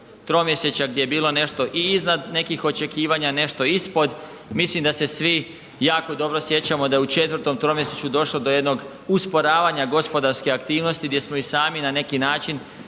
gdje bilo nešto i iznad nekih očekivanja, nešto ispod, mislim da se svi jako dobro sjećamo da je u 4 tromjesečju došlo do jednog usporavanja gospodarske aktivnosti gdje smo i sami na neki način